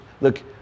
look